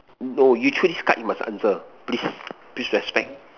no you choose this card you must answer please please respect